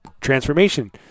Transformation